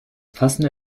passende